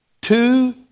two